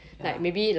ya